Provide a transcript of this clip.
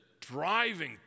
driving